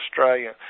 Australia